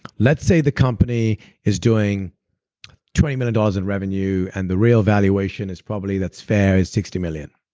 let's say the company is doing twenty million dollars in revenue and the real valuation is probably, that's fair, is sixty million.